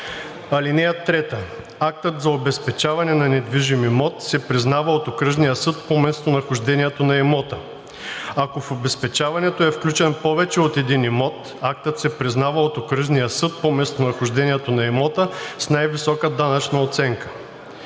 България. (3) Актът за обезпечаване на недвижим имот се признава от окръжния съд по местонахождението на имота. Ако в обезпечаването е включен повече от един имот, актът се признава от окръжния съд по местонахождението на имота с най-висока данъчна оценка.